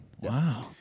Wow